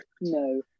no